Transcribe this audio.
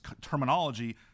terminology